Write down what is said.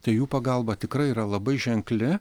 tai jų pagalba tikrai yra labai ženkli